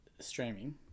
streaming